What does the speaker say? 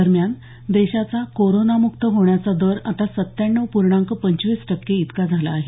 दरम्यान देशाचा कोरोनोमुक्त होण्याचा दर आता सत्त्याण्णव पूर्णांक पंचवीस टक्के इतका झाला आहे